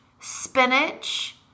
spinach